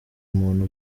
muntu